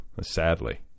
Sadly